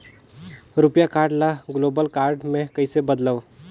रुपिया कारड ल global card मे कइसे बदलव?